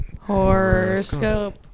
Horoscope